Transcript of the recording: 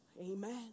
Amen